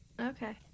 Okay